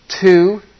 two